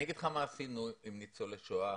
אני אגיד לך מה עשינו עם ניצולי שואה